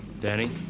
Danny